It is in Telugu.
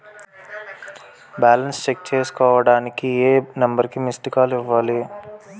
బాలన్స్ చెక్ చేసుకోవటానికి ఏ నంబర్ కి మిస్డ్ కాల్ ఇవ్వాలి?